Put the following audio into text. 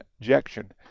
injection